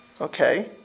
okay